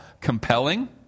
compelling